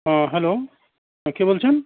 hello হ্যাঁ কে বলছেন